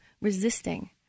resisting